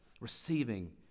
receiving